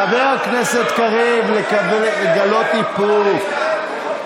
חבר הכנסת קריב, לגלות איפוק.